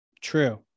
true